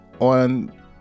on